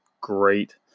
great